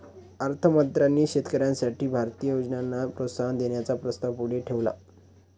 अर्थ मंत्र्यांनी शेतकऱ्यांसाठी भारतीय योजनांना प्रोत्साहन देण्याचा प्रस्ताव पुढे ठेवला